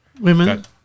women